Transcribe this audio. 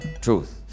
truth